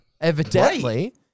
evidently